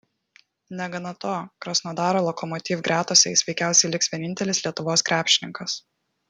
negana to krasnodaro lokomotiv gretose jis veikiausiai liks vienintelis lietuvos krepšininkas